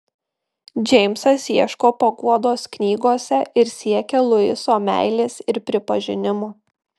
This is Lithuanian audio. džeimsas ieško paguodos knygose ir siekia luiso meilės ir pripažinimo